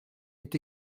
est